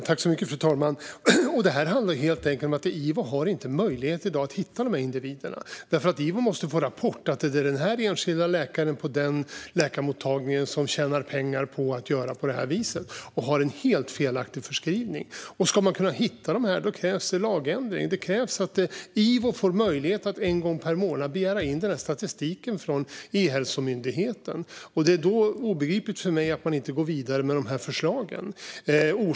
Fru talman! Det handlar helt enkelt om att Ivo i dag inte har möjlighet att hitta dessa individer. Ivo måste nämligen få en rapport om att det är en enskild läkare på en läkarmottagning som tjänar pengar på att göra på detta vis och som har en helt felaktig förskrivning. Ska man kunna hitta dessa individer krävs det en lagändring. Det krävs att Ivo får möjlighet att en gång per månad begära in denna statistik från E-hälsomyndigheten. Det är obegripligt för mig att man inte går vidare med dessa förslag.